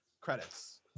credits